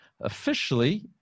officially